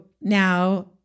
now